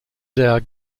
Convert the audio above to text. der